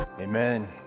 Amen